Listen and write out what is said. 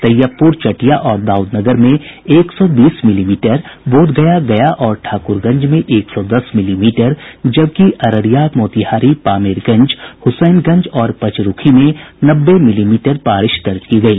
तैयबपूर चटिया और दाउदनगर में एक सौ बीस मिलीमीटर बोधगया गया और ठाक्रगंज में एक सौ दस मिलीमीटर जबकि अररिया मोतिहारी पामेरगंज हुसैनगंज और पचरूखी में नब्बे मिलीमीटर बारिश दर्ज की गयी